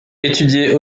étudier